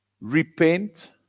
Repent